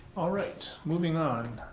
alright, moving on.